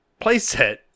playset